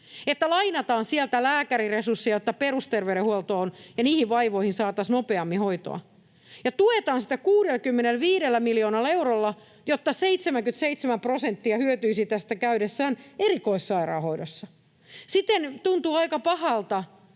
lainataan sieltä lääkäriresurssia, jotta perusterveydenhuoltoon ja niihin vaivoihin saataisiin nopeammin hoitoa, ja tuetaan sitä 65 miljoonalla eurolla, jotta 77 prosenttia hyötyisi tästä käydessään erikoissairaanhoidossa. Siten tuntuu aika pahalta,